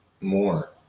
more